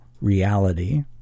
reality